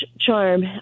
charm